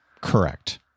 Correct